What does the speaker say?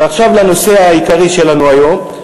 ועכשיו לנושא העיקרי שלנו היום,